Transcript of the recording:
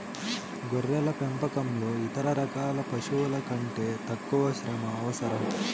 గొర్రెల పెంపకంలో ఇతర రకాల పశువుల కంటే తక్కువ శ్రమ అవసరం